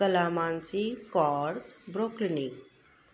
कला मानसी कौर ब्रौकलिनी